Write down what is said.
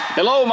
Hello